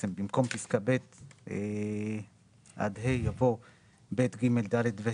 בסופו יבוא המילים "ורשות ניירות ערך" זה לעניין הגדרת מאסדר.